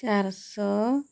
ᱪᱟᱨ ᱥᱚ